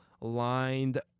lined